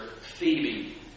Phoebe